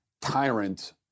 tyrant